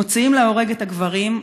מוציאים להורג את הגברים,